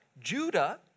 Judah